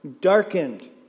darkened